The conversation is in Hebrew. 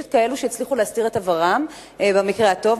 יש כאלה שהצליחו להסתיר את עברם במקרה הטוב,